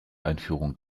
einführung